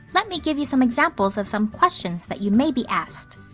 let me give you some examples of some questions that you may be asked.